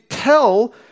Tell